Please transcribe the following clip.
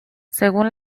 según